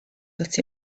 that